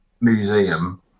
museum